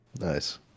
Nice